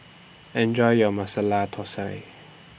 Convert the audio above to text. Enjoy your Masala Thosai